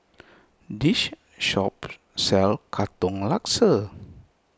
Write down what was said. this shop sells Katong Laksa